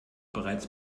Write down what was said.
bereits